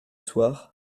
soir